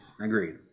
Agreed